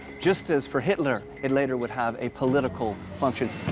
just as for hitler, it later would have a political function.